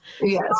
Yes